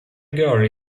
girl